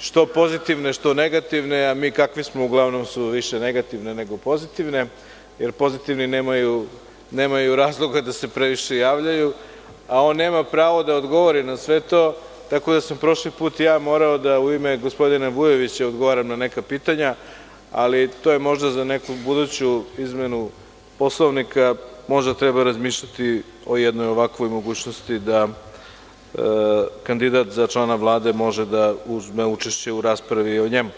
što pozitivne, što negativne, a mi kakvi smo uglavnom su više negativne nego pozitivne jer pozitivni nemaju razloga da se previše javljaju, a on nema pravo da odgovori na sve to, tako da sam prošli put ja morao da u ime gospodina Vujovića odgovaram na neka pitanja, ali, to je možda za neku buduću izmenu Poslovnika, možda treba razmisliti o jednoj ovakvoj mogućnosti, da kandidat za člana Vlade može da uzme učešća u raspravi o njemu.